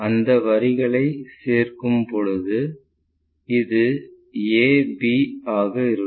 அந்த வரிகளை சேர்க்கும்போது இது ab ஆக இருக்கும்